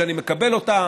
שאני מקבל אותה,